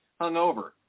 hungover